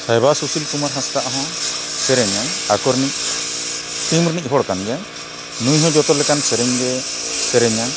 ᱥᱟᱭᱵᱟ ᱥᱩᱥᱤᱞ ᱠᱩᱢᱟᱨ ᱦᱟᱸᱥᱫᱟ ᱦᱚᱸ ᱥᱮᱨᱮᱧᱟᱭ ᱟᱠᱚ ᱨᱤᱱᱤᱡ ᱴᱤᱢ ᱨᱤᱱᱤᱡ ᱦᱚᱲ ᱠᱟᱱ ᱜᱮᱭᱟᱭ ᱱᱩᱭ ᱦᱚᱸ ᱡᱚᱛᱚ ᱞᱮᱠᱟᱱ ᱥᱮᱨᱮᱧ ᱜᱮ ᱥᱮᱨᱮᱧᱟᱭ